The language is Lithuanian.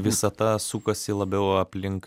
visata sukasi labiau aplink